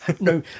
no